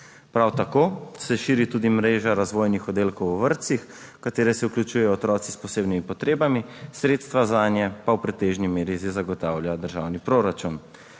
Prav tako se širi tudi mreža razvojnih oddelkov v vrtcih, v katere se vključujejo otroci s posebnimi potrebami, sredstva zanje pa v pretežni meri zagotavlja državni proračun.